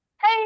Hey